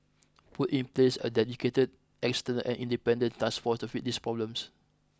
put in place a dedicated external and independent task force to fix these problems